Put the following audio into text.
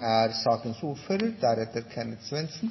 er utformet som